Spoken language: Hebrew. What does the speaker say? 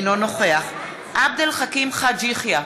אינו נוכח עבד אל חכים חאג' יחיא,